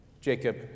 jacob